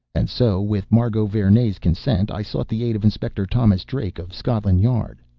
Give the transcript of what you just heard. and so, with margot vernee's consent, i sought the aid of inspector thomas drake, of scotland yard.